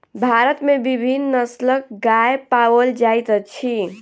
भारत में विभिन्न नस्लक गाय पाओल जाइत अछि